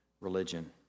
religion